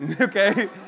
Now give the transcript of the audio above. Okay